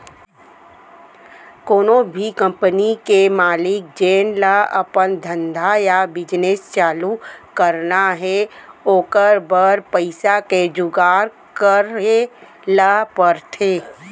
कोनो भी कंपनी के मालिक जेन ल अपन धंधा या बिजनेस चालू करना हे ओकर बर पइसा के जुगाड़ करे ल परथे